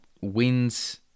wins